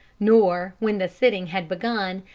nor, when the sitting had begun,